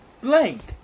Blank